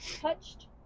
touched